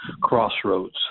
crossroads